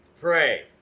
Pray